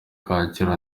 kacyiru